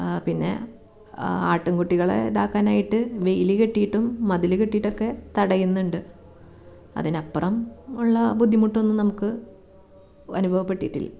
പിന്നെ ആട്ടിൻ കുട്ടികളെ ഇതാക്കാനായിട്ട് വേലി കെട്ടിയിട്ടും മതിലു കെട്ടിയിട്ടും ഒക്കെ തടയുന്നുണ്ട് അതിന് അപ്പുറം ഉള്ള ബുദ്ധിമുട്ടൊന്നും നമുക്ക് അനുഭവപ്പെട്ടിട്ടില്ല